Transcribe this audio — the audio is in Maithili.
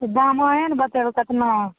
दाम अहीँ ने बतेबै कतना